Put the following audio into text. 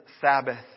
Sabbath